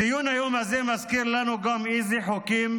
ציון היום הזה מזכיר לנו גם איזה חוקים